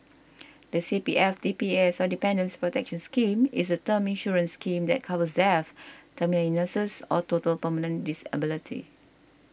the C P F D P S or Dependants' Protection Scheme is a term insurance scheme that covers death terminal illness or total permanent disability